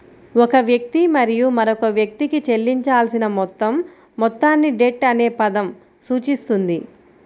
ఒక వ్యక్తి మరియు మరొక వ్యక్తికి చెల్లించాల్సిన మొత్తం మొత్తాన్ని డెట్ అనే పదం సూచిస్తుంది